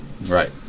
Right